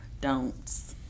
don'ts